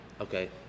okay